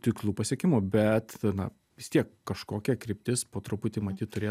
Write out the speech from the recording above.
tikslų pasiekimu bet na vis tiek kažkokia kryptis po truputį matyt turė